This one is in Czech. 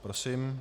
Prosím.